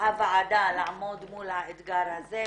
הוועדה לעמוד מול האתגר הזה,